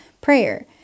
prayer